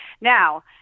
Now